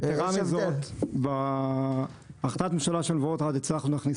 אני אגיד יתרה מזאת: בהחלטת הממשלה של מבואות ערד הצלחנו להכניס